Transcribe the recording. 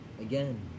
Again